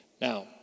Now